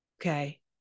okay